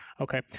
Okay